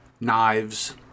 knives